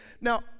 now